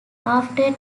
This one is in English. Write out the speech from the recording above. after